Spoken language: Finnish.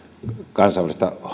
kansainvälistä